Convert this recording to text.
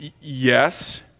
Yes